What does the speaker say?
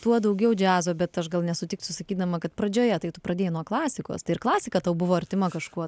tuo daugiau džiazo bet aš gal nesutikti su sakydama kad pradžioje tai tu pradėjai nuo klasikos tai ir klasika tau buvo artima kažkuo